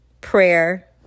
prayer